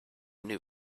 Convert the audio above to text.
new